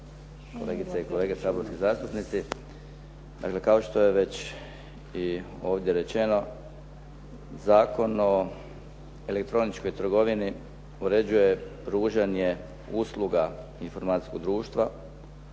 kolegice i kolege saborski zastupnici. Dakle kao što je već ovdje rečeno Zakon o elektroničkoj trgovini uređuje pružanje usluga informacijskog društva,